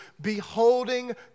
beholding